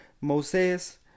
Moses